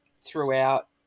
throughout